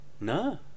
No